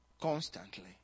constantly